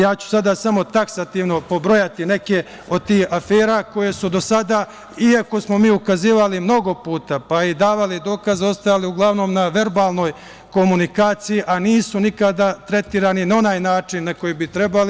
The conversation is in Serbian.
Ja ću samo taksativno pobrojati neke od tih afera koje su do sada, iako smo mi ukazivali mnogo puta, pa i davali dokaze, ostajale uglavnom na verbalnoj komunikaciji, a nisu nikada tretirane na onaj način na koji bi trebalo.